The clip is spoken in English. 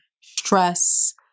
stress